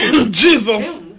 Jesus